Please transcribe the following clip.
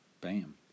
Bam